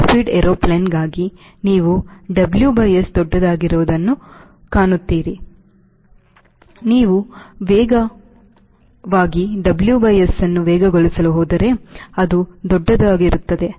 ice ಪೀಡ್ ಏರ್ಪ್ಲೇನ್ಗಾಗಿ ನೀವು WS ದೊಡ್ಡದಾಗಿರುವುದನ್ನು ನೀವು ಕಾಣುತ್ತೀರಿ ನೀವು ವೇಗವಾಗಿ WS ಅನ್ನು ವೇಗಗೊಳಿಸಲು ಹೋದರೆ ಅದು ದೊಡ್ಡದಾಗಿರುತ್ತದೆ